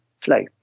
flow